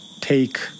take